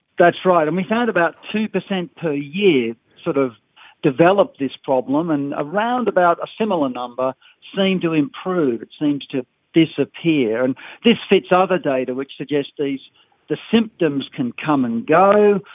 that's right, and we found about two percent per year sort of develop this problem, and around about a similar number seem to improve, it seems to disappear, and this fits other data which suggests the symptoms can come and go,